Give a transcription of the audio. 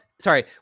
sorry